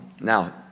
Now